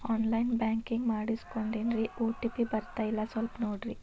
on line banking ಮಾಡಿಸ್ಕೊಂಡೇನ್ರಿ OTP ಬರ್ತಾಯಿಲ್ಲ ಸ್ವಲ್ಪ ನೋಡ್ರಿ